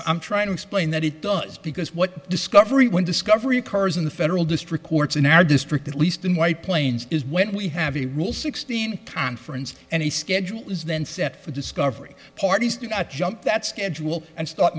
i'm trying to explain that it does because what discovery when discovery carson the federal district courts in our district at least in white plains is when we have a rule sixteen conference and a schedule is then set for discovery parties to got jump that schedule and start